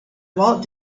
walt